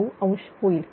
49° होईल